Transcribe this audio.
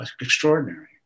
extraordinary